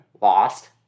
Lost